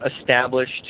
established